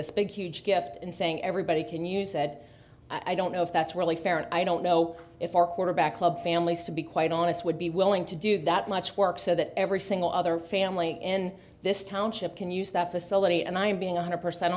this big huge gift and saying everybody can you said i don't know if that's really fair and i don't know if our quarterback club families to be quite honest would be willing to do that much work so that every single other family in this township can use that facility and i'm being one hundred percent